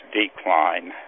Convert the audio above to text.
decline